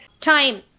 time